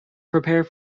prepare